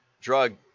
drug